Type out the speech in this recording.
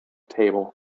table